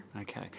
Okay